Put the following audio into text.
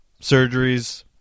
surgeries